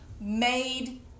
made